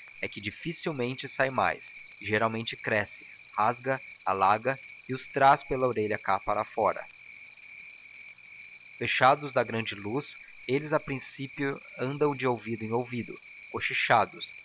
é que dificilmente sai mais e geralmente cresce rasga alaga e os traz pela orelha cá para fora vexados da grande luz eles a princípio andam de ouvido em ouvido